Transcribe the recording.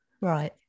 Right